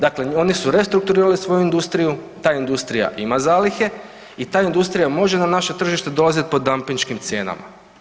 Dakle, oni su restrukturirali svoju industriju, ta industrija ima zalihe i ta industrija može na naše tržište dolaziti po dampinškim cijenama.